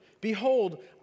Behold